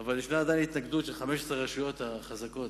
אבל עדיין יש התנגדות של 15 הרשויות החזקות,